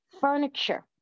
furniture